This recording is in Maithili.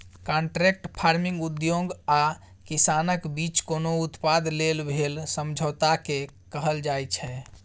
कांट्रेक्ट फार्मिंग उद्योग आ किसानक बीच कोनो उत्पाद लेल भेल समझौताकेँ कहल जाइ छै